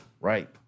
right